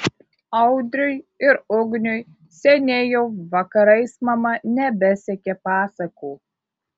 audriui ir ugniui seniai jau vakarais mama nebesekė pasakų